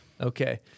Okay